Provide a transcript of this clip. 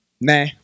nah